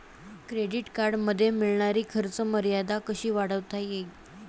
Credit कार्डमध्ये मिळणारी खर्च मर्यादा कशी वाढवता येईल?